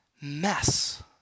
mess